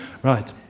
Right